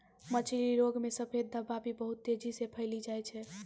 मछली रोग मे सफेद धब्बा भी बहुत तेजी से फैली जाय छै